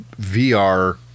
VR